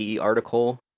article